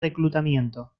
reclutamiento